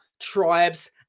tribes